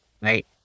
Right